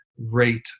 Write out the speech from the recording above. rate